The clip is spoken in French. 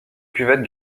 cuvette